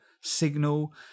signal